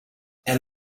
and